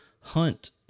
hunt